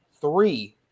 Three